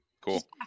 Cool